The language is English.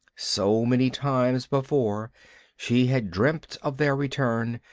so many times before she had dreamt of their return,